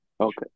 Okay